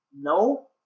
No